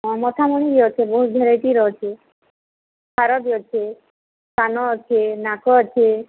ହଁ ମଥାମଣି ବି ଅଛେ ବହୁତ ଭେରାଇଟିର ଅଛେ ହାର ବି ଅଛେ କାନ ଅଛେ ନାକ ଅଛେ